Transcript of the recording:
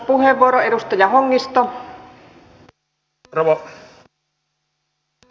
arvoisa rouva puhemies